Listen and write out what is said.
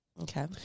Okay